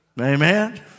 Amen